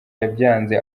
yabyanze